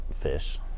Fish